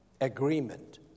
Agreement